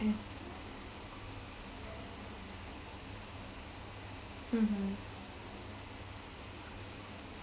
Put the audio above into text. mm mmhmm